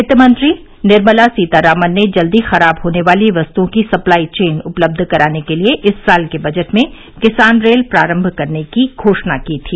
वित्त मंत्री निर्मला सीतारामन ने जल्द खराब होने वाली वस्तुओं की सप्लाई चेन उपलब्ध कराने के लिए इस साल के बजट में किसान रेल प्रारंभ करने की घोषणा की थी